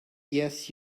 yes